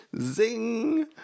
Zing